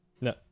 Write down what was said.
no